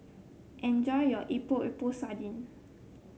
enjoy your Epok Epok Sardin